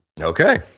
Okay